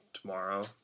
tomorrow